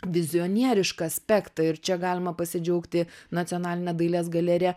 vizionierišką aspektą ir čia galima pasidžiaugti nacionaline dailės galerija